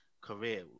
career